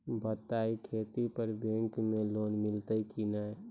बटाई खेती पर बैंक मे लोन मिलतै कि नैय?